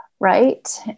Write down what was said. right